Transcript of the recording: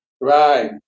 Right